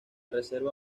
reserva